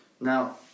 now